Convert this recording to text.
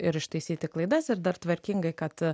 ir ištaisyti klaidas ir dar tvarkingai kad